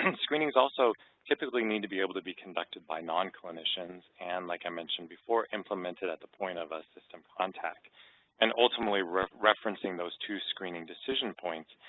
and screenings also typically need to be able to be conducted by non-clinicians and, like i mentioned before, implemented at the point of ah system contact and ultimately referencing those two screening decision points.